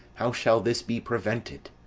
how shall this be prevented?